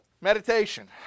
Meditation